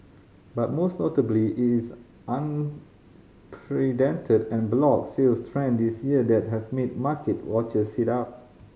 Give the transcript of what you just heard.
but most notably it is unprecedented en bloc sales trend this year that has made market watchers sit up